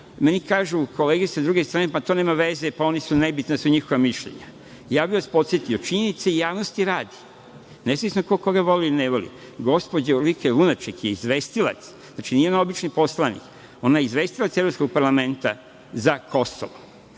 Meni kažu kolege sa druge strane – pa to nema veze, nebitna su njihova mišljenja. Ja bih vas podsetio, činjenice i javnosti radi, nezavisno ko koga voli ili ne voli, gospođa Urlike Lunaček je izvestilac, znači, nije ona obični poslanik, ona je izvestilac Evropskog parlamenta za Kosovo. Drugo,